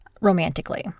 romantically